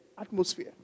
atmosphere